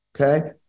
Okay